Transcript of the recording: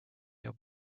your